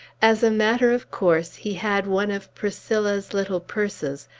as a matter of course, he had one of priscilla's little purses,